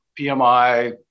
PMI